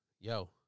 Yo